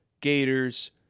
gators